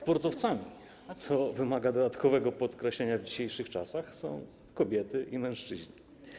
Sportowcami, co wymaga dodatkowego podkreślenia w dzisiejszych czasach, są kobiety i mężczyźni.